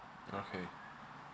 okay